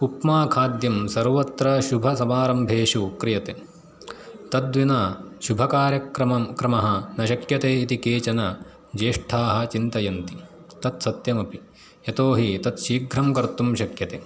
उप्मा खाद्यं सर्वत्र शुभसमारम्भेषु क्रियते तद्विना शुभकार्यक्रमः न शक्यते इति केचन ज्येष्ठाः चिन्तयन्ति तत्सत्यमपि यतोहि तत्शीघ्रं कर्तुं शक्यते